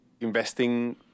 investing